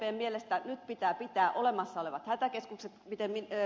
sdpn mielestä nyt pitää pitää olemassa olevat hätäkeskukset mitä ed